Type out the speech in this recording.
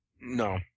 No